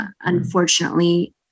unfortunately